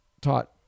taught